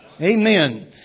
Amen